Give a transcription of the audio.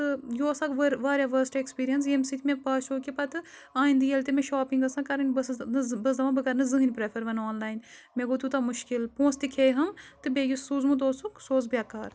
تہٕ یہِ اوس اَکھ ؤر واریاہ ؤرسٹ اٮ۪کسپیٖرینٕس ییٚمہِ سۭتۍ مےٚ باسیو کہِ پَتہٕ آیِندٕ ییٚلہِ تہِ مےٚ شاپِنٛگ آسان کَرٕنۍ بہٕ ٲسٕس بہٕ ٲسٕس دَپان بہٕ کَرٕ نہٕ زٕہۭنۍ پرٛٮ۪فَر وۄنۍ آن لاین مےٚ گوٚو تیوٗتاہ مُشکل پونٛسہٕ تہِ کھیٚیہِ ہٲم تہٕ بیٚیہِ یہِ سوٗزمُت اوسُکھ سُہ اوس بٮ۪کار